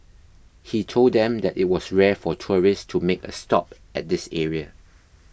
he told them that it was rare for tourists to make a stop at this area